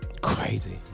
Crazy